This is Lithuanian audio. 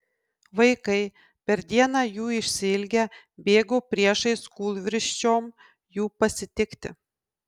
vaikai per dieną jų išsiilgę bėgo priešais kūlvirsčiom jų pasitikti